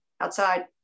outside